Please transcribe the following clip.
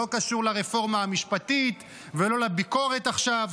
לא קשור לרפורמה המשפטית ולא לביקורת עכשיו,